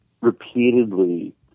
repeatedly